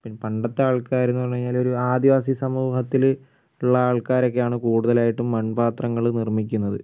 പിന്നെ പണ്ടത്തെ ആൾക്കാർ എന്ന് പറഞ്ഞുകഴിഞ്ഞാൽ ഒരു ആദിവാസി സമൂഹത്തിൽ ഉള്ള ആൾക്കാരൊക്കെയാണ് കൂടുതലായിട്ടും മൺപാത്രങ്ങൾ നിർമിക്കുന്നത്